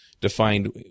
defined